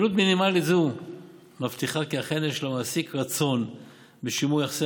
עלות מינימלית זו מבטיחה כי אכן יש למעסיק רצון בשימור יחסי